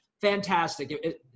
fantastic